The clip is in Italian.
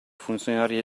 funzionari